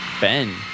Ben